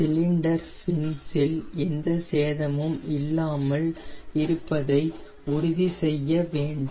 cylinder ஃபின்ஸ்ல் எந்த சேதமும் இல்லாமல் இருப்பதை உறுதி செய்ய வேண்டும்